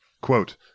Quote